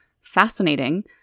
fascinating